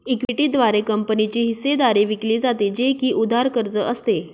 equity द्वारे कंपनीची हिस्सेदारी विकली जाते, जे की उधार कर्ज असते